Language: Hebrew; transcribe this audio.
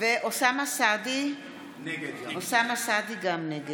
אוסאמה סעדי, נגד